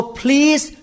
please